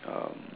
um